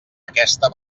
aquesta